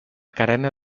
carena